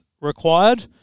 required